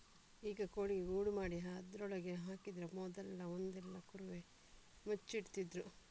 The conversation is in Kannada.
ಈಗ ಕೋಳಿಗೆ ಗೂಡು ಮಾಡಿ ಅದ್ರೊಳಗೆ ಹಾಕಿದ್ರೆ ಮೊದ್ಲೆಲ್ಲಾ ಒಂದು ಕುರುವೆ ಮುಚ್ಚಿ ಇಡ್ತಿದ್ರು